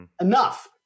Enough